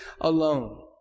alone